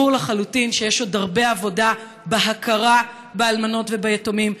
ברור לחלוטין שיש עוד הרבה עבודה בהכרה באלמנות וביתומים,